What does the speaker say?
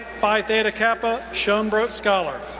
phi theta kappa, schoenbrodt scholar.